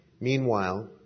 Meanwhile